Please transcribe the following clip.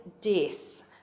death